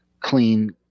clean